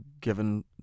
given